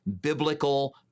biblical